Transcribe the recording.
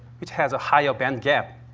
which has a higher band gap.